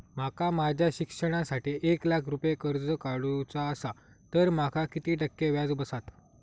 माका माझ्या शिक्षणासाठी एक लाख रुपये कर्ज काढू चा असा तर माका किती टक्के व्याज बसात?